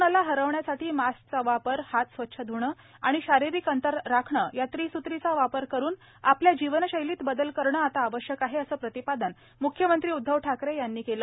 कोरोनाला हरविण्यासाठी मास्कचा वापर हात स्वच्छ धणे आणि शारीरिक अंतर राखणे या व्रिस्त्रीचा वापर करून आपल्या जीवनशैलीत बदल करणे आता आवश्यक आहे असे प्रतिपादन म्ख्यमंत्री उद्वव ठाकरे यांनी केले